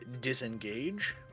disengage